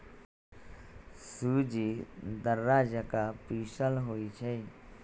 सूज़्ज़ी दर्रा जका पिसल होइ छइ